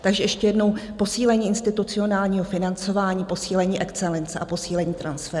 Takže ještě jednou: posílení institucionálního financování, posílení excelence a posílení transferu.